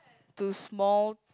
to small